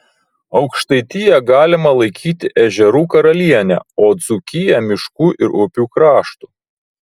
aukštaitiją galima laikyti ežerų karaliene o dzūkiją miškų ir upių kraštu